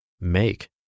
make